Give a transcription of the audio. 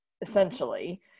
essentially